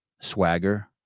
swagger